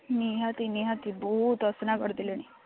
ନିହାତି ନିହାତି ବହୁତ ଅସନା କରିଦେଲେଣି